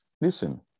Listen